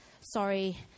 Sorry